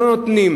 לא נותנים